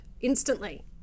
instantly